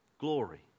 glory